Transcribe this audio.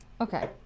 Okay